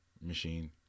machine